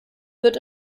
wird